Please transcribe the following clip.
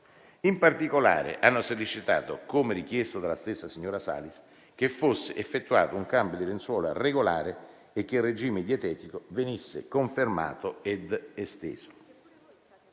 In particolare, hanno sollecitato - come richiesto dalla stessa signora Salis - che fosse effettuato un cambio di lenzuola regolare e che il regime dietetico venisse confermato ed esteso.